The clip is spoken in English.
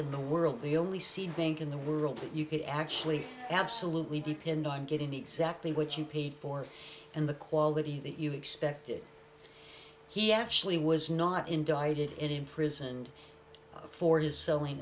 in the world the only seen bank in the world that you could actually absolutely depend on getting exactly what you paid for and the quality that you expected he actually was not indicted imprisoned for his selling